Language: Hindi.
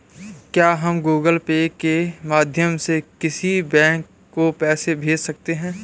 क्या हम गूगल पे के माध्यम से किसी बैंक को पैसे भेज सकते हैं?